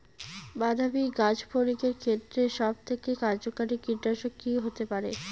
বাদামী গাছফড়িঙের ক্ষেত্রে সবথেকে কার্যকরী কীটনাশক কি হতে পারে?